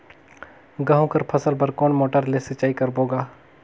गहूं कर फसल बर कोन मोटर ले सिंचाई करबो गा?